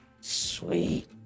Sweet